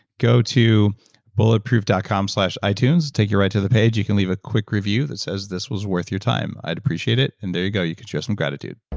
go to bulletproof dot com itunes take you right to the page. you can leave a quick review that says this was worth your time, i'd appreciate it and there you go, you can show some gratitude